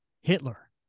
Hitler